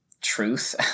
truth